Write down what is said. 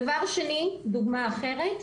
דבר שני, דוגמה אחרת,